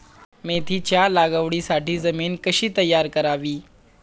मेथीच्या लागवडीसाठी जमीन कशी तयार करावी?